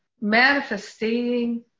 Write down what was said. manifesting